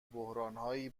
بحرانی